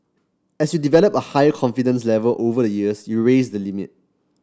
as you develop a higher confidence level over the years you raise the limit